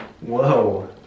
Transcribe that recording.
whoa